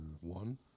one